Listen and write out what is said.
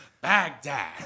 Baghdad